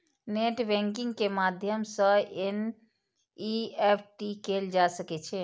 net banking के माध्यम सं एन.ई.एफ.टी कैल जा सकै छै